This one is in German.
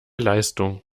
leistung